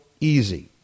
easy